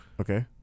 Okay